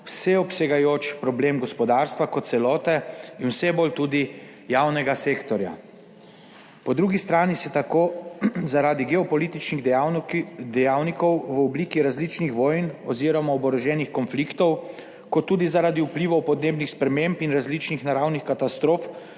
vseobsegajoč problem gospodarstva kot celote in vse bolj tudi javnega sektorja. Po drugi strani se tako zaradi geopolitičnih dejavnikov v obliki različnih vojn oziroma oboroženih konfliktov kot tudi zaradi vplivov podnebnih sprememb in različnih naravnih katastrof